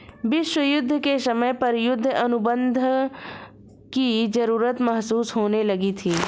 विश्व युद्ध के समय पर युद्ध अनुबंध की जरूरत महसूस होने लगी थी